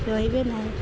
ରହିବେ